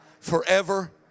forever